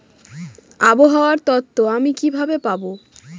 আবহাওয়ার তথ্য আমি কিভাবে পাবো?